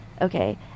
Okay